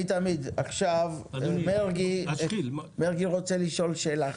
מרגי רוצה לשאול שאלה.